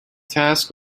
task